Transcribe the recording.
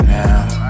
now